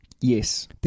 Yes